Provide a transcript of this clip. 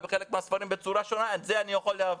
ובחלק מהספרים בצורה שונה את זה אני יכול להבין.